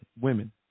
women